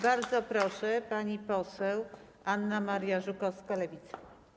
Bardzo proszę, pani poseł Anna Maria Żukowska, Lewica.